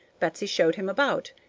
betsy showed him about.